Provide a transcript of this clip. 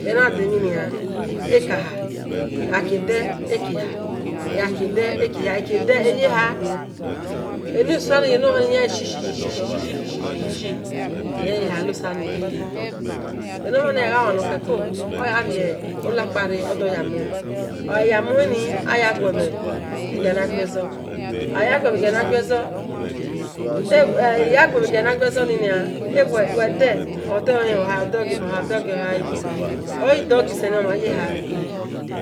Aghakade eha egha kiede eha egha kiede eha but eghakiede eyeha enosani yanshi shi eyeha enomhani gha-gha-o-mhan nokhuko odorio-lakpare odoyamuen ogha mueni ayaguibhi eghina-guezor edo nolen odohen-hen ohale odegiva ohale odogiha ohale oghi dho gisen yan omhan yeha